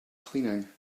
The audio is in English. cleaning